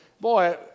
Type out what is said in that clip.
boy